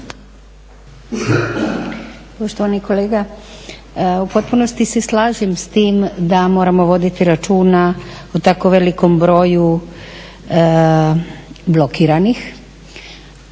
Poštovani kolega, u potpunosti se slažem s tim da moramo voditi računa o tako velikom broju blokiranih.